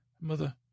Mother